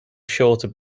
shorter